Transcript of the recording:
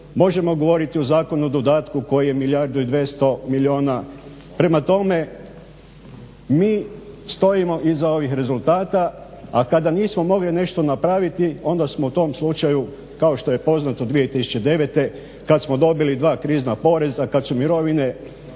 možemo govoriti o Zakonu o dodatku koji je milijardu 200 milijuna. Prema tome mi stojimo iza ovih rezultata. A kada nismo mogli nešto napraviti onda smo u tom slučaju kao što je poznato 2009.kada smo dobili dva krizna poreza kada su mirovine